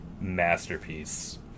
masterpiece